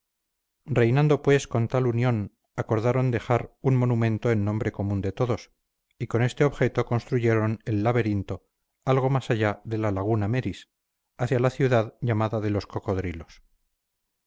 reinando pues con tal unión acordaron dejar un monumento en nombre común de todos y con este objeto construyeron el laberinto algo más allá de la laguna meris hacia la ciudad llamada de los cocodrilos